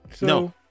No